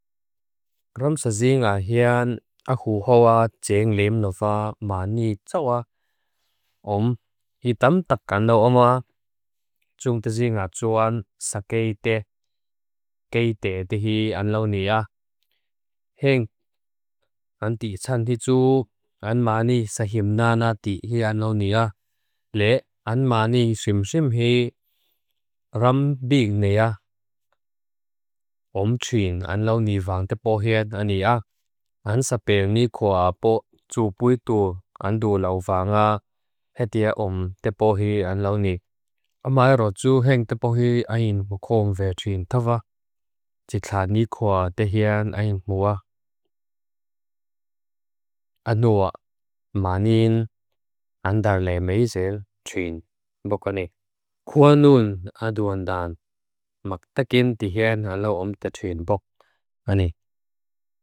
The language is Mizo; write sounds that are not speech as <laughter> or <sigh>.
<hesitation> Gram sazi nga hean <hesitation> ahu hoa jeng leem lofa ma ni tsoa. <hesitation> Om, hitam takan lo omua. <hesitation> Joong dazi nga joan sa gei de. <hesitation> Gei de di hi an lo ni a. <hesitation> Heng, <hesitation> an di tsan hi joo, an ma ni sa him na na di hi an lo ni a. Le, an ma ni sim sim hi <hesitation> ram bing nea. Om tsuin an lo ni vang tepo hi an a ni a. <hesitation> An sabeng ni kua po tsu puitu an du lofa nga. Hetia om tepo hi an lo ni. <hesitation> A mai ro tsu heng tepo hi ayin wakom ve tsuin tava. Jitla ni kua de hean ayin mua. <hesitation> Anua, ma nin, an dar le meisel, tsuin. Bukane, kua nun a duan dan. Mak takin di hean a lo om ta tsuin buk. <hesitation> Ane.